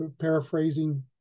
paraphrasing